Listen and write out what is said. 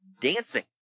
dancing